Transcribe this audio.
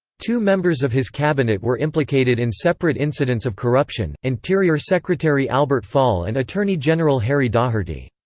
two members of his cabinet were implicated in separate incidents of corruption interior secretary albert fall and attorney general harry daugherty.